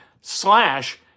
slash